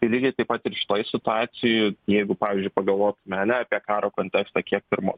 tai lygiai taip pat ir šitoj situacijoj jeigu pavyzdžiui pagalvotume ane apie karo kontekstą kiek pirma